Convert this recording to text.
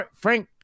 Frank